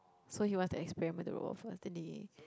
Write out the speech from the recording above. so he wants to experiment the robot first then they